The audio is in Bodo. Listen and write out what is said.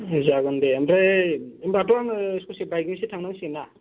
दे जागोनदे ओमफ्राय होनब्लाथ' आङो ससे बाइक जोंसो थांनांसिगोनना